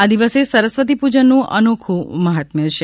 આ દિવસે સરસ્વતી પૂજનનું અનોખું માહત્મ્ય છે